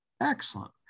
Excellent